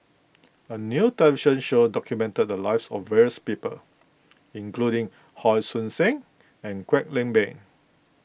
a new television show documented the lives of various people including Hon Sui Sen and Kwek Leng Beng